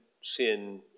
sin